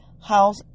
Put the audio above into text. house